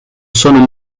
sono